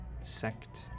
sect